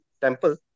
temple